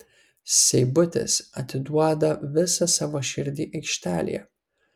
seibutis atiduoda visą savo širdį aikštelėje